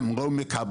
הם לא מקבלים.